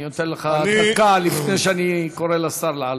אני נותן לך דקה לפני שאני קורא לשר לעלות.